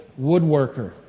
woodworker